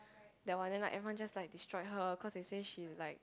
that one then like everyone just like destroyed her cause they say she like